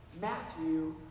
Matthew